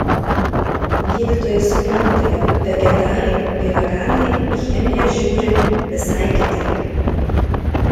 gydytojai supranta jog vegetarai bei veganai į chemiją žiūri visai kitaip